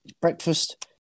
breakfast